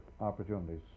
opportunities